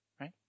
right